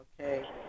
okay